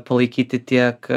palaikyti tiek